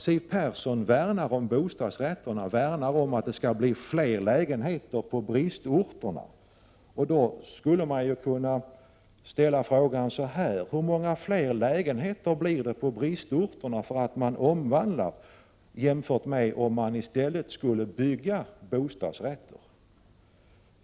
Siw Persson värnar om bostadsrätterna för att det skall bli fler lägenheter på bristorterna. Då skulle man kunna ställa frågan så här: Hur många fler lägenheter blir det på bristorterna om man omvandlar jämfört med om man i stället skulle bygga bostadsrätter?